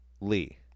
Lee